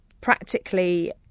practically